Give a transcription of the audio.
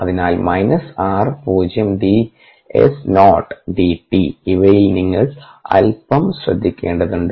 അതിനാൽ minus r പൂജ്യം d S not d t ഇവയിൽ നിങ്ങൾ അൽപ്പം ശ്രദ്ധിക്കേണ്ടതുണ്ട്